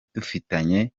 dufitanye